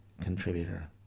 contributor